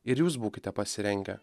ir jūs būkite pasirengę